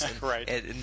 Right